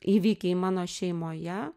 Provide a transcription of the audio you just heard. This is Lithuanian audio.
įvykiai mano šeimoje